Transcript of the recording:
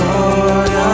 Lord